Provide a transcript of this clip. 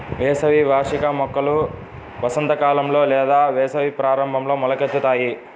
వేసవి వార్షిక మొక్కలు వసంతకాలంలో లేదా వేసవి ప్రారంభంలో మొలకెత్తుతాయి